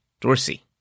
Dorsey